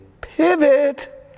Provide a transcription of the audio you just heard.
pivot